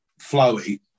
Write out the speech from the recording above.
flowy